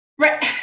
Right